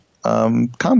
Comment